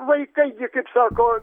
vaikai gi kaip sako